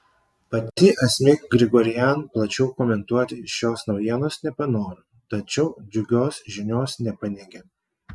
pati asmik grigorian plačiau komentuoti šios naujienos nepanoro tačiau džiugios žinios nepaneigė